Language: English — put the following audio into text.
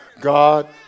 God